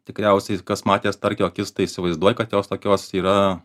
tikriausiai kas matė starkio akis tai įsivaizduoja kad jos tokios yra